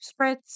spritz